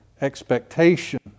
expectation